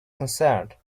concerned